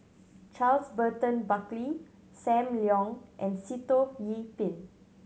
Charles Burton Buckley Sam Leong and Sitoh Yih Pin